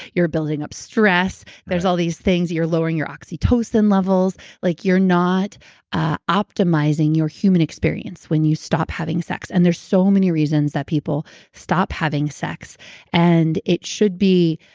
you're building up stress. there's all these things. you're lowering your oxytocin levels. like you're not ah optimizing your human experience when you stop having sex. and there's so many reasons that people stop having sex and it should be,